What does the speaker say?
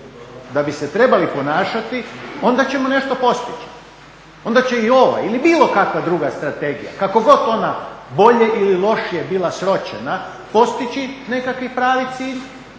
da bi se trebali ponašati onda ćemo nešto postići, onda će i ova ili bilo kakva druga strategija kako god ona bolje ili lošije bila sročena postići nekakvi pravi cilj